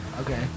Okay